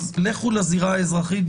לכו לזירה האזרחית,